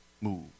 move